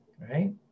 right